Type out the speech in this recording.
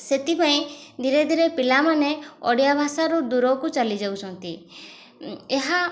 ସେଥିପାଇଁ ଧୀରେ ଧୀରେ ପିଲାମାନେ ଓଡ଼ିଆ ଭାଷାରୁ ଦୂରକୁ ଚାଲି ଯାଉଛନ୍ତି ଏହା